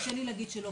קשה לי להגיד שלא,